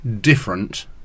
different